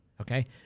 okay